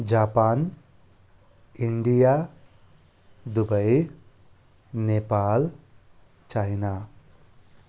Japan India Dubai Nepal China